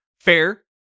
fair